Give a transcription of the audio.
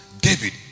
David